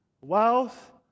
wealth